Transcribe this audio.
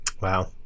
Wow